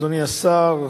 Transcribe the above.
אדוני השר,